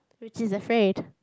which is afraid